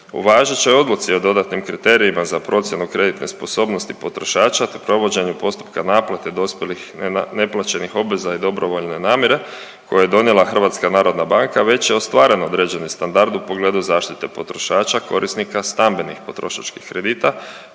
U važećoj odluci o dodatnim kriterijima za procjenu kreditne sposobnosti potrošača, te provođenju postupka naplate dospjelih nenaplaćenih obveza i dobrovoljne namjere koje je donijela HNB već je ostvaren određeni standard u pogledu zaštite potrošača korisnika stambenih potrošačkih kredita